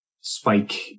spike